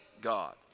God